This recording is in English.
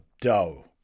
dough